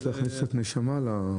צריך להכניס קצת נשמה לתקנות.